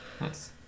Nice